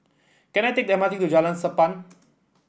can I take the M R T to Jalan Sappan